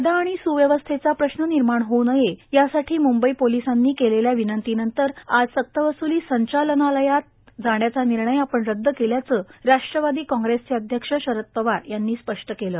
कायदा आणि सुव्यवस्थेचा प्रश्न निर्माण होऊ नये यासाठी मुंबई पोलिसांनी केलेल्या विनंतीनंतर आज सक्तवसुली संचालनालयात जाण्याचा विर्णय आपण रद्द केल्याचं राष्ट्रवादी काँग्रेसचे अध्यक्ष शरद पवार यांनी स्पष्ट केलं